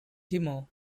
timor